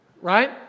Right